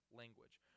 language